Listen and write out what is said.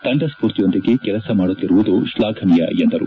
ತಂಡಸ್ಕೂರ್ತಿಯೊಂದಿಗೆ ಕೆಲಸ ಮಾಡುತ್ತಿರುವುದು ಶ್ಲಾಘನೀಯ ಎಂದರು